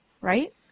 right